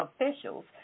officials